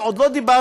ועוד לא דיברנו,